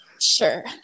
Sure